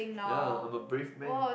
ya I'm a brave man